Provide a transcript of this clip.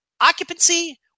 occupancy